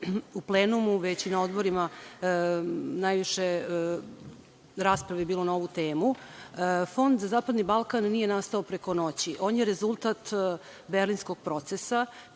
u plenumu, već i na odborima, najviše rasprave je bilo na ovu temu. Fond za zapadni Balkan nije nastao preko noći, on je rezultat Berlinskog procesa